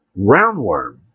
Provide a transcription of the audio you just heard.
roundworm